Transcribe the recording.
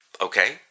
Okay